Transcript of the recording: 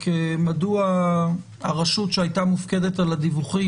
מדוע הרשות שהייתה מופקדת על הדיווחים,